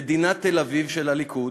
"מדינת תל-אביב", של הליכוד.